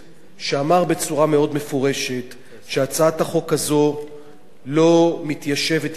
ואמר בצורה מאוד מפורשת שהצעת החוק הזו לא מתיישבת עם עקרונות